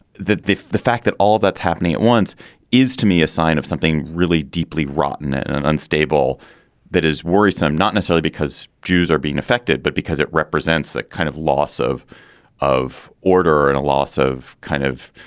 that the the fact that all that's happening at once is to me a sign of something really deeply rotten and and unstable that is worrisome, not necessarily because jews are being affected, but because it represents a kind of loss of of order and a loss of kind of